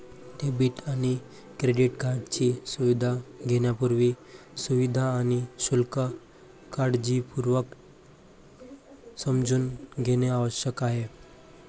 debit आणि credit कार्डची सुविधा घेण्यापूर्वी, सुविधा आणि शुल्क काळजीपूर्वक समजून घेणे आवश्यक आहे